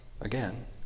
again